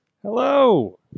Hello